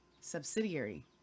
Subsidiary